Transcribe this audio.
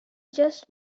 just